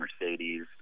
Mercedes